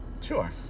Sure